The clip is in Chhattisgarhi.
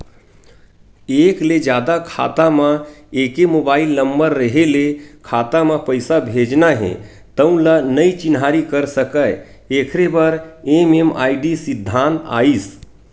एक ले जादा खाता म एके मोबाइल नंबर रेहे ले खाता म पइसा भेजना हे तउन ल नइ चिन्हारी कर सकय एखरे बर एम.एम.आई.डी सिद्धांत आइस